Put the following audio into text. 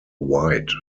wide